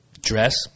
Dress